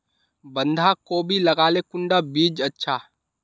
बंधाकोबी लगाले कुंडा बीज अच्छा?